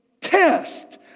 test